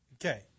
okay